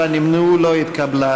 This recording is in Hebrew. מי נגד ההסתייגות?